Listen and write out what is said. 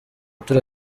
turi